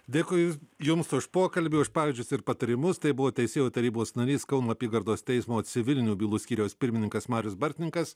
dėkui jums už pokalbį už pavyzdžius ir patarimus tai buvo teisėjų tarybos narys kauno apygardos teismo civilinių bylų skyriaus pirmininkas marius bartninkas